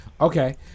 Okay